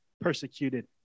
persecuted